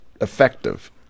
effective